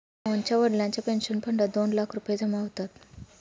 मोहनच्या वडिलांच्या पेन्शन फंडात दोन लाख रुपये जमा होतात